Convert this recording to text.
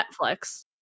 Netflix